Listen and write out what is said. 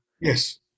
Yes